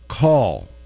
call